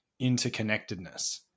interconnectedness